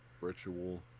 Ritual